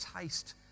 taste